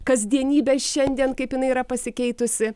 kasdienybę šiandien kaip jinai yra pasikeitusi